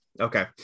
okay